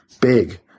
big